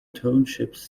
townships